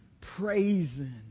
praising